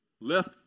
left